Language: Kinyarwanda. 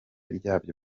ryabyo